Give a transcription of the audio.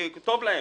כי טוב להם,